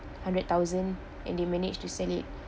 hundred thousand and they manage to sell it